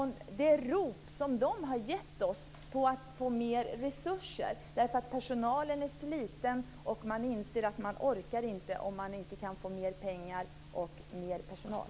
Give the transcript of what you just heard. Man har gett oss rop på att få mer resurser därför att personalen är sliten. Man inser att man inte orkar om man inte kan få mer pengar och mer personal.